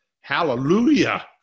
hallelujah